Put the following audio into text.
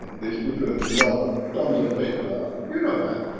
these people love ah tons of paper. you know that.